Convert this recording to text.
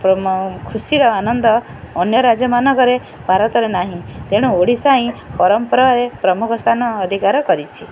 ଖୁସିର ଆନନ୍ଦ ଅନ୍ୟ ରାଜ୍ୟମାନଙ୍କରେ ଭାରତରେ ନାହିଁ ତେଣୁ ଓଡ଼ିଶା ହିଁ ପରମ୍ପରାରେ ପ୍ରମୁଖ ସ୍ଥାନ ଅଧିକାର କରିଛି